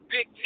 Big